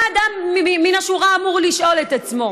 מה אדם מן השורה אמור לשאול את עצמו